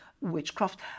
witchcraft